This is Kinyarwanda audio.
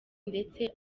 ndetse